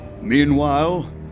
Meanwhile